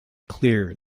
clear